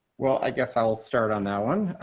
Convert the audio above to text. well, i guess i'll start on that one.